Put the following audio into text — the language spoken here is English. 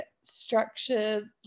structured